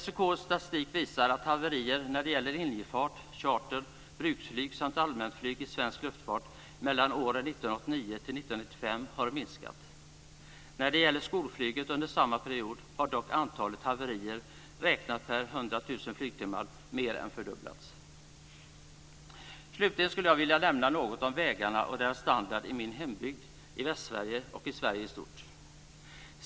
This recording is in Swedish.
SHK:s statistik visar att antalet haverier i linjefart, charter, bruksflyg samt allmänt flyg i svensk luftfart har minskat mellan åren 1989 och 1995. När det gäller skolflyget under samma period har dock antalet haverier räknat per 100 000 flygtimmar mer än fördubblats. Slutligen skulle jag vilja nämna något om vägarna och deras standard i min hembygd i Västsverige och i Sverige i stort.